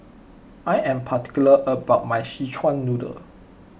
I am particular about my Szechuan Noodle